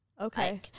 Okay